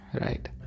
right